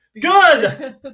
Good